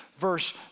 verse